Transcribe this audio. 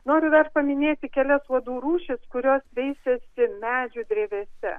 noriu dar paminėti kelias uodų rūšis kurios veisiasi medžių drevėse